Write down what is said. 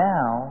Now